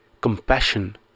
compassion